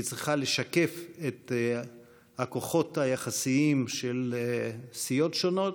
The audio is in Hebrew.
היא צריכה לשקף את הכוחות היחסיים של סיעות שונות.